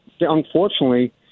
unfortunately